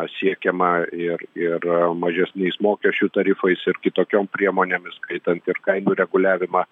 siekiama ir ir mažesniais mokesčių tarifais ir kitokiom priemonėm įskaitant ir kainų reguliavimą